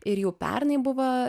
ir jau pernai buvo